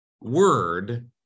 word